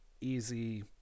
easy